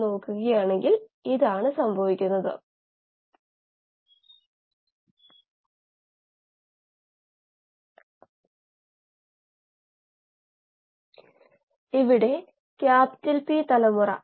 ദ്രാവകം തിരിക്കാൻ നിങ്ങൾ ഒരു ഇംപെല്ലർ ഉപയോഗിക്കുമ്പോൾ ഒരു ചുഴി രൂപം കൊള്ളുന്നതിനാൽ